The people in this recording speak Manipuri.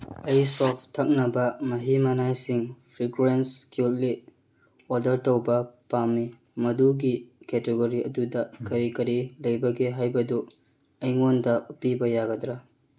ꯑꯩ ꯁꯣꯐ ꯊꯛꯅꯕ ꯃꯍꯤ ꯃꯅꯥꯏꯁꯤꯡ ꯐ꯭ꯔꯤꯀ꯭ꯔꯣꯋꯦꯟꯁ ꯀ꯭ꯌꯨꯠꯂꯤ ꯑꯣꯗꯔ ꯇꯧꯕ ꯄꯥꯝꯃꯤ ꯃꯗꯨꯒꯤ ꯀꯦꯇꯦꯒꯣꯔꯤ ꯑꯗꯨꯗ ꯀꯔꯤ ꯀꯔꯤ ꯂꯩꯕꯒꯦ ꯍꯥꯏꯕꯗꯨ ꯑꯩꯉꯣꯟꯗ ꯎꯠꯄꯤꯕ ꯌꯥꯒꯗ꯭ꯔꯥ